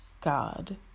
God